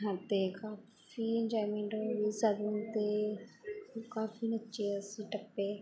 ਅਤੇ ਕਾਫੀ ਇੰਜੋਇਮੈਂਟ ਵੀ ਸਾਨੂੰ ਅਤੇ ਕਾਫੀ ਨੱਚੇ ਅਸੀਂ ਟੱਪੇ